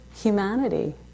humanity